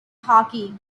hockey